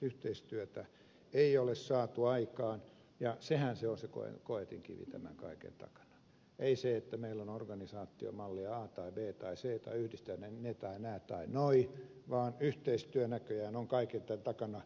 yhteistyötä ei ole saatu aikaan ja sehän on se koetinkivi tämän kaiken takana ei se että meillä on organisaatiomalli a tai b tai c tai yhdistelmä ne tai nämä tai nuo vaan yhteistyö näköjään on kaiken tämän takana